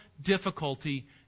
difficulty